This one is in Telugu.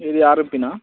ఏది ఆర్ఎంపీనా